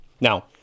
Now